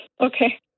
okay